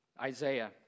Isaiah